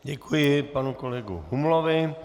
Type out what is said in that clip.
Děkuji panu kolegu Humlovi.